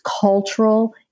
cultural